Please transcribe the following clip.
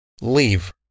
Leave